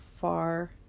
far